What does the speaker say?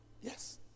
Yes